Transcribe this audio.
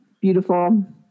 beautiful